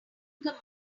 command